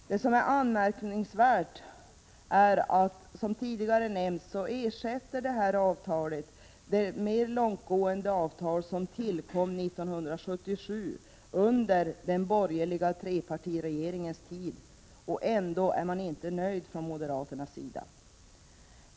Det som är anmärkningsvärt är, som tidigare nämnts, att detta avtal ersätter det mer långtgående avtal som tillkom 1977 under den borgerliga trepartiregeringens tid, och ändå är man inte nöjd från moderaternas sida.